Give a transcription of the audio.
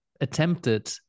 attempted